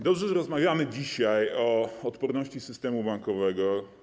Dobrze, że rozmawiamy dzisiaj o odporności systemu bankowego.